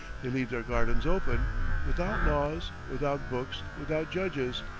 they leave their gardens open without laws, without books, without judges,